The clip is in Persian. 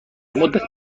مدت